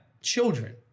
children